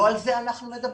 לא על זה אנחנו מדברים.